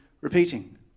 repeating